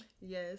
Yes